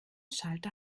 schalter